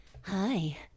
Hi